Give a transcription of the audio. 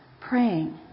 praying